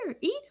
eat